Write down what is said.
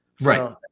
Right